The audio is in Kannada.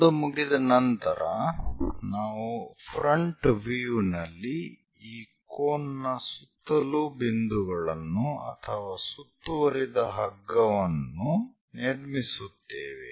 ಅದು ಮುಗಿದ ನಂತರ ನಾವು ಫ್ರಂಟ್ ವೀವ್ ನಲ್ಲಿ ಈ ಕೋನ್ನ ಸುತ್ತಲೂ ಬಿಂದುಗಳನ್ನು ಅಥವಾ ಸುತ್ತುವರಿದ ಹಗ್ಗವನ್ನು ನಿರ್ಮಿಸುತ್ತೇವೆ